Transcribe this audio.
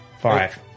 Five